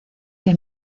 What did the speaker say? que